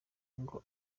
ngo